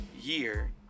year